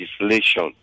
legislation